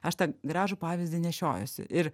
aš tą gražų pavyzdį nešiojuosi ir